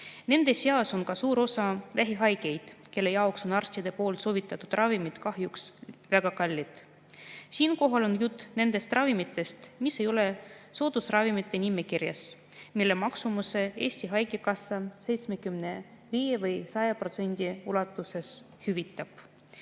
Nende seas on ka suur osa vähihaigeid, kelle jaoks on arstide soovitatud ravimid kahjuks väga kallid. Siinkohal on jutt nendest ravimitest, mis ei ole soodusravimite nimekirjas, mille maksumuse Eesti Haigekassa 75% või 100% ulatuses hüvitab.